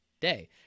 day